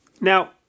Now